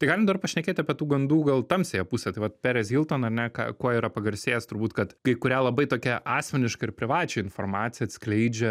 tai galim dar pašnekėt apie tų gandų gal tamsiąją pusę tai vat perez hilton ane ką kuo yra pagarsėjęs turbūt kad kai kurią labai tokią asmenišką ir privačią informaciją atskleidžia